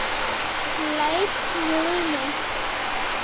light ᱧᱩᱬᱩᱭ ᱢᱮ